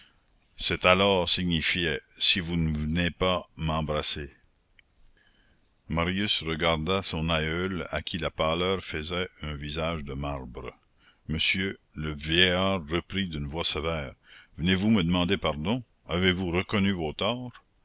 cet alors signifiait si vous ne venez pas m'embrasser marius regarda son aïeul à qui la pâleur faisait un visage de marbre monsieur le vieillard reprit d'une voix sévère venez-vous me demander pardon avez-vous reconnu vos torts